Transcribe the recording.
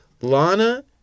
Lana